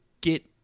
get